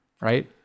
right